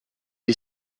est